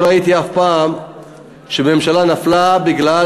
לא ראיתי אף פעם שממשלה נפלה בגלל